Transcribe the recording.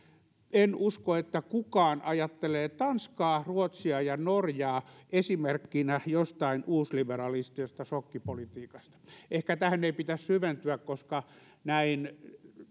en usko kukaan ajattele tanskaa ruotsia ja norjaa esimerkkinä jostain uusliberalistisesta sokkipolitiikasta ehkä tähän ei pitäisi syventyä koska